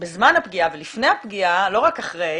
בזמן הפגיעה ולפני הפגיעה, לא רק אחרי.